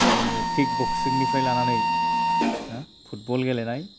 जोङो किक बक्सिंनिफ्राय लानानै फुटबल गेलेनाय